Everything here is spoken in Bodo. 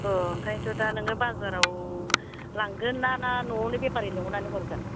औ ओंखाननोथ' दा नोङो बाजाराव लांगोन ना ना न'आवनो बेफारि लेंहरनानै हरगोन